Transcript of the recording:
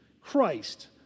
Christ